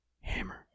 Hammer